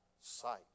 sight